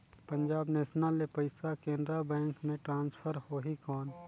Punjab national ले पइसा Canara bank मे ट्रांसफर होहि कौन?